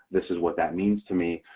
this is what that means to me.